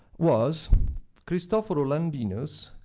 was cristoforo landino's